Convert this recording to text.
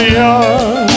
young